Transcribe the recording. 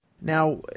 Now